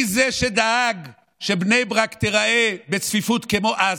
מי זה שדאג שבני ברק תיראה בצפיפות כמו עזה?